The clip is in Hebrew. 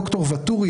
דוקטור וטורי,